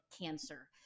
cancer